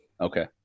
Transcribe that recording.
Okay